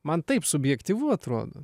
man taip subjektyvu atrodo